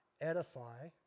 edify